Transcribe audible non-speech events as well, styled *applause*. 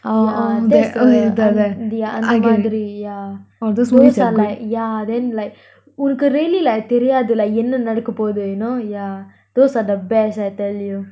yeah that's the அந்த அந்த மாதிரி:antha antha maathiri yeah those are like yeah then like *breath* உன்னக்கு:unnaku really like தெரியாது என்ன நடக்க பொத்துனு:teriyathu enna nadaka pothunu you know yeah those are the best I tell you